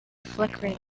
flickering